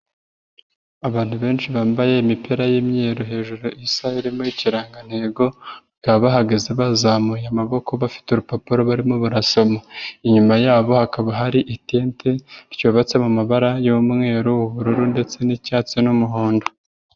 Abantu benshi bambaye imipira y'imyeru hejuru isa irimo ikirangantego, bakaba bahagaze bazamuye amaboko bafite urupapuro barimo barasoma, inyuma yabo hakaba hari itente, ryubatse mu mabara y'umweru, ubururu ndetse n'icyatsi n'umuhondo.